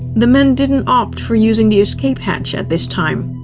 the men didn't opt for using the escape hatch at this time.